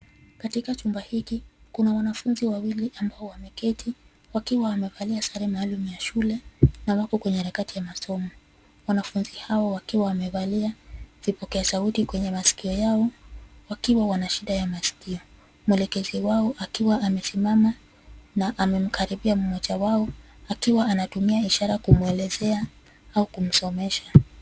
Katika chumba hiki kuna wanafunzi wawili ambao wameketi wakiwa wamevalia sare maalum za shule, na wako kwenye harakati ya masomo. Wanafunzi hawa wakiwa wamevalia vipokea sauti kwenye maskio yao, wakiwa Wana shida ya maskio. Mwelekezi wao akiwa amesimama na amemkaribia mmoja wao, akiwa anatumia ishara kumwelezea au kumsomesha.